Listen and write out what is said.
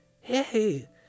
hey